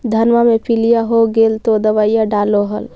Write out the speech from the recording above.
धनमा मे पीलिया हो गेल तो दबैया डालो हल?